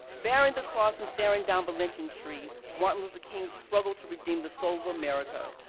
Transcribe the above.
bearing the cross and staring down the lynching tree martin luther king's struggle to redeem the soul of america,